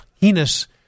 heinous